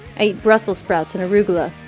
i eat brussels sprouts and arugula.